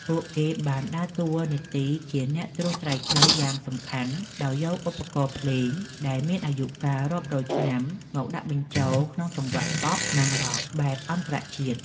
ពួកគេបានដើរតួនាទីជាអ្នកត្រួសត្រាយផ្លូវយ៉ាងសំខាន់ ដោយយកឧបករណ៍ភ្លេងដែលមានអាយុកាលរាប់រយឆ្នាំមកដាក់បញ្ចូលក្នុងចង្វាក់ ប៉ុប(Pop) និង រ៉ក់(Rock) បែបអន្តរជាតិ។